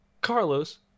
Carlos